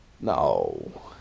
No